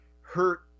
hurt